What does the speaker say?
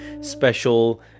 special